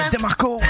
DeMarco